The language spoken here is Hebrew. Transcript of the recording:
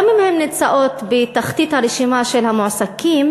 גם אם הן נמצאות בתחתית הרשימה של המועסקים,